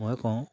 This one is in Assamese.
মই কওঁ